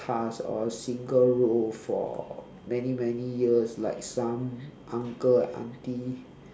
path or a single road for many many years like some uncle and aunty